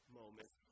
moment